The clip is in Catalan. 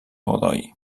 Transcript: godoy